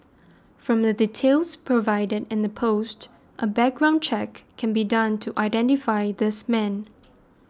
from the details provided in the post a background check can be done to identify this man